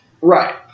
Right